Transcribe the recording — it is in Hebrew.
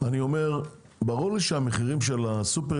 אני אומר שברור לי שהמחירים של הסופרים